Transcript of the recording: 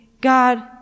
God